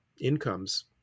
incomes